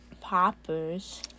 poppers